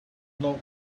knock